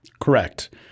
Correct